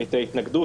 את ההתנגדות.